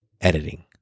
editing